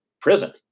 prison